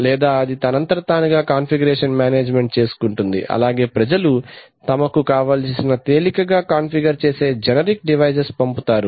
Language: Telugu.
లేదా అది తనంతట తానుగా కాన్ఫిగురేషన్ మేనేజ్మెంట్ చేసుకుంటుంది అలాగే ప్రజలు తమకు కావలసిన తేలికగా కాన్ఫిగర్ చేసే జెనెరిక్ డివైసెస్ పంపుతారు